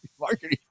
marketing